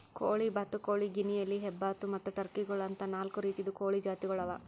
ಕೋಳಿ, ಬಾತುಕೋಳಿ, ಗಿನಿಯಿಲಿ, ಹೆಬ್ಬಾತು ಮತ್ತ್ ಟರ್ಕಿ ಗೋಳು ಅಂತಾ ನಾಲ್ಕು ರೀತಿದು ಕೋಳಿ ಜಾತಿಗೊಳ್ ಅವಾ